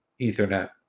Ethernet